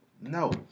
No